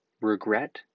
Regret